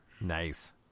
nice